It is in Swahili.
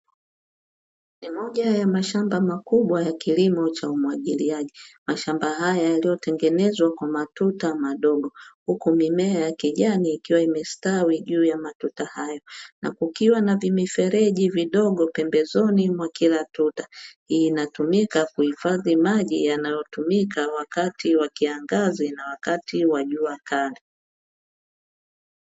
Ni moja ya mashamba makubwa ya kilimo cha umwagiliaji, mashamba haya yaliyotengenezwa kwa matuta madogo huku mimea ya kijani ikiwa imestawi juu ya matuta hayo. Na kukiwa na mifereji midogo pembezoni mwa kila tuta, inatumika kuhifadhi maji yanayotumika wakati wa kiangazi na wakati wa jua kali.